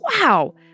wow